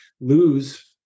lose